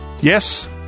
Yes